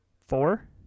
four